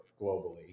globally